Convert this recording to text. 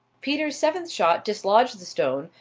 peter's seventh shot dislodged the stone,